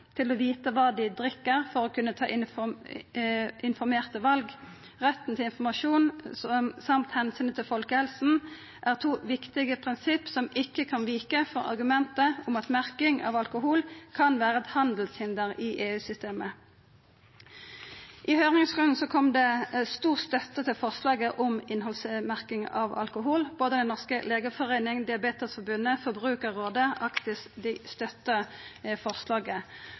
å vite hva de drikker for å kunne ta informerte valg. Retten til informasjon samt hensynet til folkehelsen, er to viktige prinsipp som ikke kan vike for argumentet om at merking av alkohol kan være et handelshinder i EU-systemet.» I høyringsrunden kom det stor støtte til forslaget om innhaldsmerking av alkohol. Både Den norske legeforeining, Diabetesforbundet, Forbrukarrådet og Actis støttar forslaget.